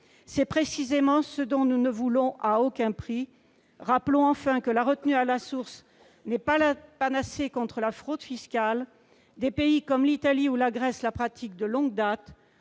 C'est précisément ce dont nous ne voulons à aucun prix. Rappelons enfin que la retenue à la source n'est pas la panacée contre la fraude fiscale : des pays comme l'Italie ou la Grèce la pratiquent de longue date.